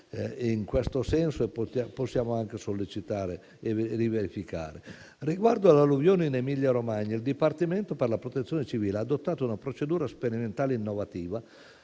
in questo senso possiamo anche sollecitare e verificare nuovamente. Riguardo all'alluvione in Emilia Romagna, il Dipartimento della protezione civile ha adottato una procedura sperimentale innovativa,